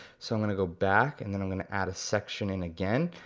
so i'm gonna go back, and then i'm gonna add a section in again.